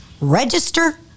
register